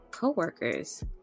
co-workers